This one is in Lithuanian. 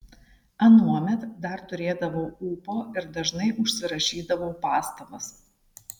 anuomet dar turėdavau ūpo ir dažnai užsirašydavau pastabas